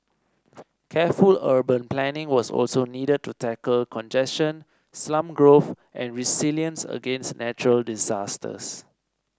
careful urban planning was also needed to tackle congestion slum growth and resilience against natural disasters